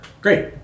Great